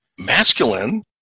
masculine